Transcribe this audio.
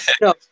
No